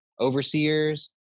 overseers